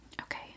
Okay